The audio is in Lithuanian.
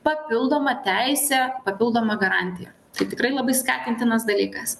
papildomą teisę papildomą garantiją tai tikrai labai skatintinas dalykas